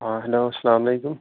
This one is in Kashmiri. ہاں ہٮ۪لو السلام علیکُم